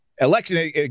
Election